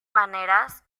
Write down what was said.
maneras